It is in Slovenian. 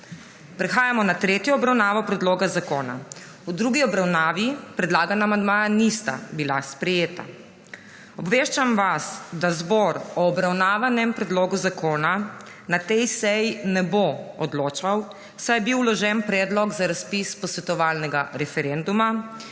Prehajamo na tretjo obravnavo predloga zakona. V drugi obravnavi predlagana amandmaja nista bila sprejeta. Obveščam vas, da zbor o obravnavanem predlogu zakona na tej seji ne bo odločal, saj je bil vložen predlog za razpis posvetovalnega referenduma